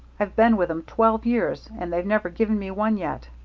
i've been with em twelve years and they've never given me one yet.